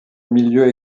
milieu